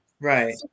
Right